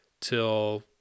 till